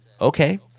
okay